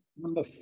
Number